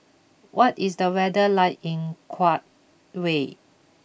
what is the weather like in Kuwait